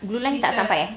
blue line tak sampai eh